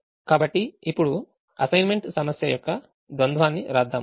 కాబట్టి ఇప్పుడు అసైన్మెంట్ సమస్య యొక్క ద్వంద్వాన్ని వ్రాద్దాం